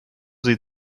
sie